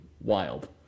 wild